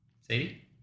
Sadie